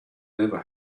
never